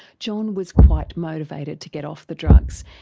john was quite motivated to get off the drugs,